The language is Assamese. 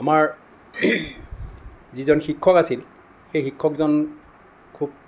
আমাৰ যিজন শিক্ষক আছিল সেই শিক্ষকজন খুব